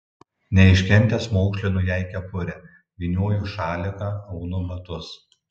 neiškentęs maukšlinu jai kepurę vynioju šaliką aunu batus